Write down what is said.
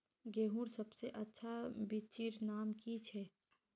गेहूँर सबसे अच्छा बिच्चीर नाम की छे?